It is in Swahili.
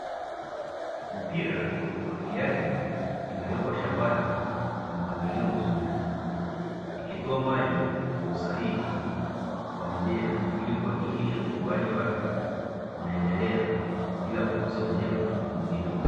Mipira ya umwagiliaji imewekwa shambani kwa mpangilio mzuri, ikitoa maji kwa usahihi kwa mimea ili kuhakikisha ukuaji wake unaendelea bila kukosa unyevu muhimu.